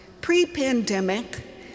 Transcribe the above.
Pre-pandemic